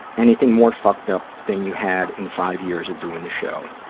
anything more fucked up than you had in five years of doing the show.